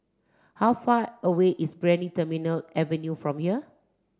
how far away is Brani Terminal Avenue from here